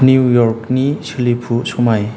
new इयर्कनि सोलिफु समाय